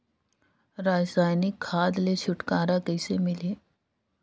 रसायनिक खाद ले छुटकारा कइसे मिलही?